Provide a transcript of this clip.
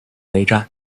内战